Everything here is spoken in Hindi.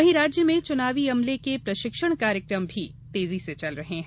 वहीं राज्य में चुनावी अमले के प्रशिक्षण कार्यकम भी तेजी से चल रहे हैं